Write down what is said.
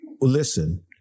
Listen